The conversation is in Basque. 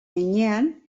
heinean